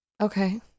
Okay